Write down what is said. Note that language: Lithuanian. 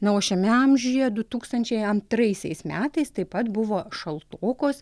na o šiame amžiuje du tūkstančiai antraisiais metais taip pat buvo šaltokos